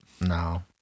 No